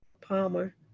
Palmer